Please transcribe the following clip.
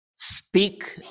Speak